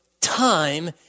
time